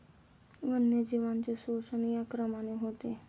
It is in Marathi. वन्यजीवांचे शोषण या क्रमाने होते